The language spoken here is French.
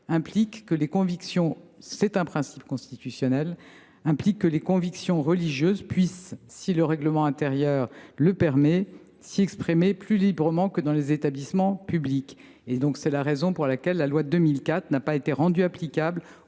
implique que les convictions religieuses puissent, si le règlement intérieur le permet, s’y exprimer plus librement que dans les établissements publics. C’est la raison pour laquelle la loi de 2004 n’a pas été rendue applicable